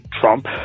Trump